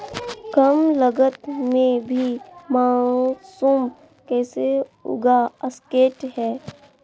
कम लगत मे भी मासूम कैसे उगा स्केट है?